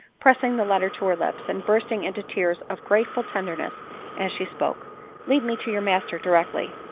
pressing the letter to her lips, and bursting into tears of grateful tenderness as she spoke lead me to your master directly.